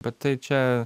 bet tai čia